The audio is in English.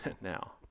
now